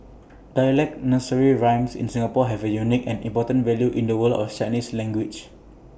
dialect nursery rhymes in Singapore have A unique and important value in the world of Chinese language